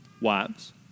wives